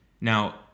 Now